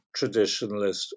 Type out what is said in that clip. traditionalist